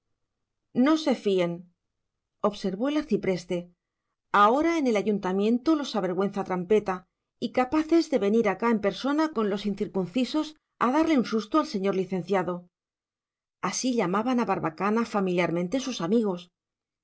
no se fíen observó el arcipreste ahora en el ayuntamiento los avergüenza trampeta y capaz es de venir acá en persona con los incircuncisos a darle un susto al señor licenciado así llamaban a barbacana familiarmente sus amigos